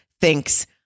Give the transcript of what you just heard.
thinks